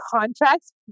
contracts